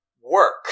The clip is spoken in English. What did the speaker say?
work